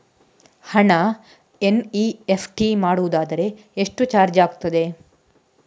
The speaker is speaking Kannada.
ಹಣ ಎನ್.ಇ.ಎಫ್.ಟಿ ಮಾಡುವುದಾದರೆ ಎಷ್ಟು ಚಾರ್ಜ್ ಆಗುತ್ತದೆ?